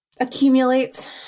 accumulate